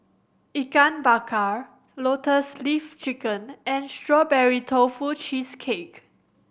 Ikan Bakar Lotus Leaf Chicken and Strawberry Tofu Cheesecake